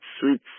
sweet